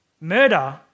Murder